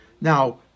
Now